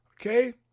okay